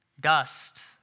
dust